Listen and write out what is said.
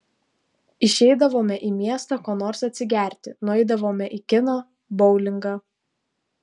išeidavome į miestą ko nors atsigerti nueidavome į kiną boulingą